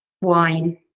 wine